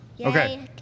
Okay